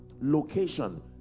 location